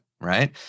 right